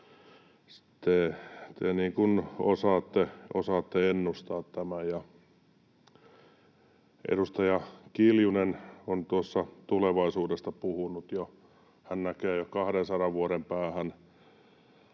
te osaatte ennustaa tämän. Edustaja Kiljunen puhui tuossa jo tulevaisuudesta. Hän näkee jo 200 vuoden päähän.